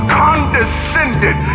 condescended